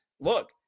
look